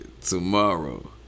Tomorrow